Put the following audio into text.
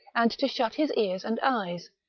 and to shut his ears and eyes,